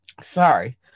Sorry